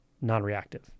non-reactive